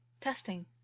testing